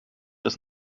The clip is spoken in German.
des